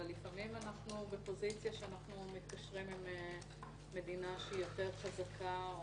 לפעמים אנחנו בפוזיציה שאנחנו מתקשרים עם מדינה שהיא יותר חזקה,